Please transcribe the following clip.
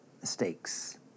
mistakes